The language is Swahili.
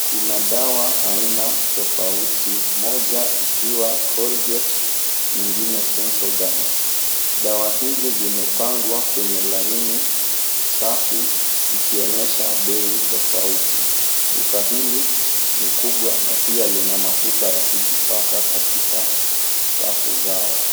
Kuna dawa aina tofauti, moja ikiwa Colgate, nyingine Sensodyne. Dawa hizi zimepangwa kwenye laini safi ikionyesha bei tofauti. Duka hili ni kubwa na pia lina mafuta ya kujipaka katika safu zao.